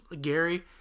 Gary